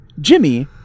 Jimmy